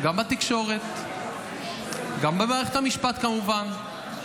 נו, אי-אפשר לשמוע את זה.